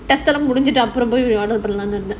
முடிச்சிட்டு அப்புறம் போய்:mudichitu appuram poi